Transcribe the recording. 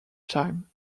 time